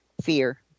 Fear